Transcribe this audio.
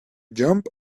jump